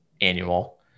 annual